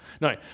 No